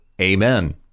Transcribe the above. Amen